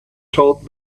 told